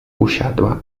usiadła